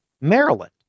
Maryland